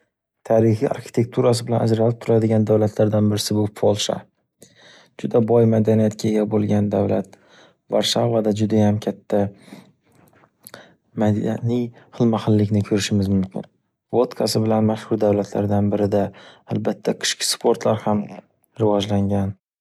Tarixiy arxitekturasi bilan ajralib turadigan davlatlardan birisi bu Polsha. Juda boy madaniyatga ega bo’lgam davlat. Varshavada judayam katta madyaniy xilma xillikni ko’rishimiz mumkin. Vodkasi bilan mashxur davlatlardan birida albatta qishki sportlar ham rivojlangan.